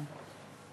אבל,